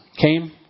came